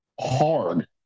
hard